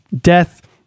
death